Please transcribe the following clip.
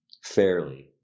fairly